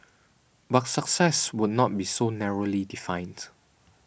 but success would not be so narrowly defined